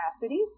capacity